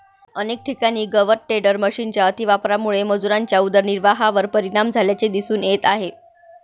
अनेक ठिकाणी गवत टेडर मशिनच्या अतिवापरामुळे मजुरांच्या उदरनिर्वाहावर परिणाम झाल्याचे दिसून येत आहे